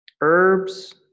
Herbs